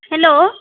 hello